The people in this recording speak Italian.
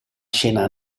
scena